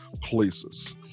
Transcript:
places